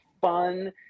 fun